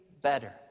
better